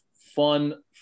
fun